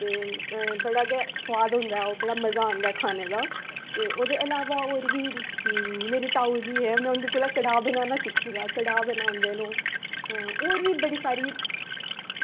ते बड़ा सोआद होंदा ओह् बड़ा मज़ा आंदा ऐ खाने दा ते एह्दे इलावा होर बी मेरे ताऊ जी में इंदे कोला कड़ाह् बनाना सिक्खेआ कि कियां कड़ाह् बनांदे न होर बी बड़ी सारी